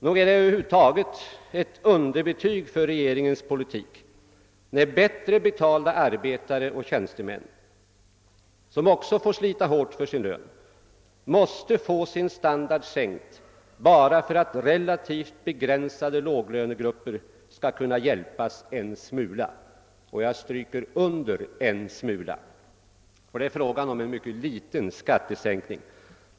Nog är det över huvud taget ett underbetyg för regeringens politik när bättre betalda arbetare och tjänstemän, som också får slita hårt för sin lön, måste få sin standard sänkt bara för att relativt begränsade låglönegrupper skall kunna hjälpas en smula — jag stryker under orden en smula, ty det är fråga om en mycket ringa skattesänkning.